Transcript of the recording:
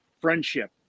friendship